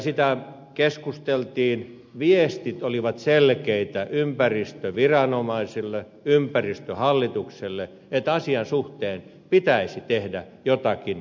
siitä keskusteltiin ja viestit olivat selkeitä ympäristöviranomaisille ympäristöhallitukselle että asian suhteen pitäisi tehdä jotakin